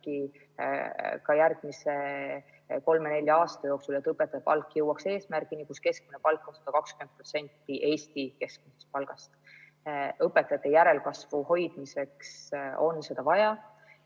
ka järgmise kolme-nelja aasta jooksul eesmärki, et õpetaja palk jõuaks selleni, et õpetaja keskmine palk on 120% Eesti keskmisest palgast. Õpetajate järelkasvu hoidmiseks on seda vaja.